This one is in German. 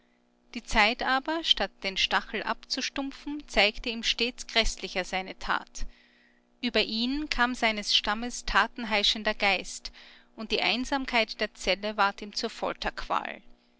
die zeit aber statt den stachel abzustumpfen zeigte ihm stets gräßlicher seine tat über ihn kam seines stammes tatenheischender geist und die einsamkeit der zelle ward ihm zur